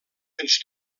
ens